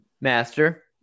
master